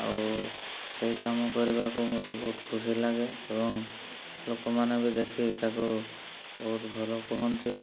ଆଉ ସେଇ କାମ କରିବାକୁ ମୋତେ ବହୁତ ଖୁସି ଲାଗେ ଏବଂ ଲୋକମାନେ ବି ଦେଖି ତା'କୁ ବହୁତ ଭଲ କୁହନ୍ତି